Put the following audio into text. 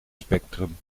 spectrum